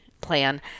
plan